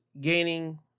gaining